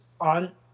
on